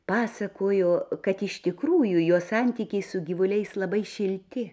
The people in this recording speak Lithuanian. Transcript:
pasakojo kad iš tikrųjų jo santykiai su gyvuliais labai šilti